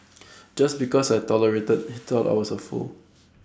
just because I tolerated he thought I was A fool